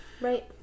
right